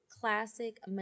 classic